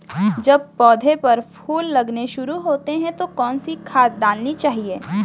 जब पौधें पर फूल लगने शुरू होते हैं तो कौन सी खाद डालनी चाहिए?